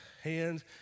hands